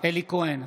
אלי כהן,